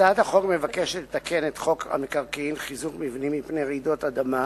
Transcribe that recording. הצעת החוק מבקשת לתקן את חוק המקרקעין (חיזוק מבנים מפני רעידות אדמה),